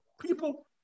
people